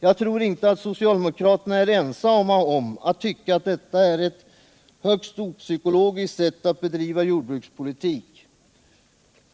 Jag tror inte att socialdemokraterna är ensamma om att tycka att detta är ett högst opsykologiskt sätt att bedriva jordbrukspolitik.